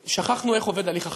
ששכחנו איך עובד הליך החקיקה.